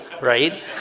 right